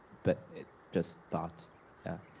but it just thought yeah.